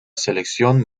selección